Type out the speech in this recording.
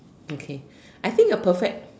okay I think a perfect